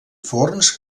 forns